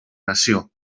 nació